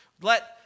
Let